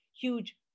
huge